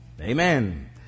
amen